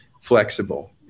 flexible